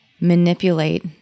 manipulate